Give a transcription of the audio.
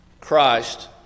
Christ